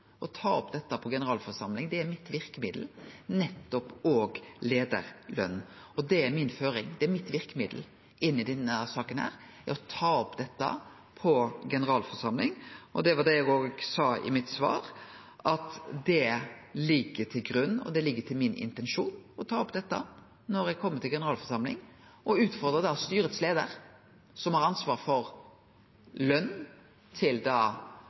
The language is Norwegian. Det er mi føring, og det er mitt verkemiddel inn i denne saka å ta opp dette på generalforsamling. Det var det eg òg sa i svaret mitt. Det ligg til grunn, og det er min intensjon å ta opp dette når eg kjem til generalforsamling. Eg utfordrar styreleiaren, som har ansvar for løna til